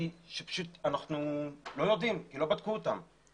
כי פשוט לא בדקו אותם אז לא יודעים.